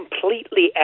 completely